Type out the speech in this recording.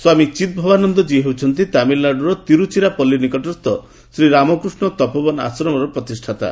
ସ୍ୱାମୀ ଚିଦ୍ଭବାନନ୍ଦ ଜୀ ହେଉଛନ୍ତି ତାମିଲନାଡୁର ତିରୁଚିରାପଲୀ ନିକଟସ୍ଥ ଶ୍ରୀରାମକୃଷ୍ଣ ତପୋବନ ଆଶ୍ରମର ପ୍ରତିଷ୍ଠାତା